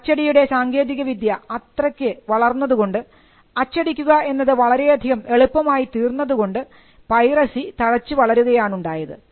അച്ചടിയുടെ സാങ്കേതികവിദ്യ അത്രയ്ക്ക് വളർന്നതുകൊണ്ട് അച്ചടിക്കുക എന്നത് വളരെയധികം എളുപ്പമായി തീർന്നതുകൊണ്ട് പൈറസി തഴച്ചു വളരുകയാണുണ്ടായത്